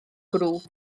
grŵp